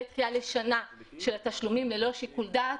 דחייה לשנה של התשלומים ללא שיקול דעת,